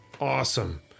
Awesome